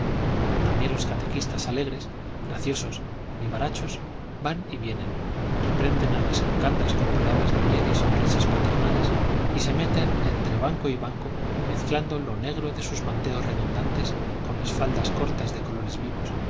también los catequistas alegres graciosos vivarachos van y vienen reprenden a las educandas con palabras de miel y sonrisas paternales y se meten entre banco y banco mezclando lo negro de sus manteos redundantes con las faldas cortas de colores vivos